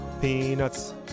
Peanuts